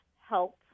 help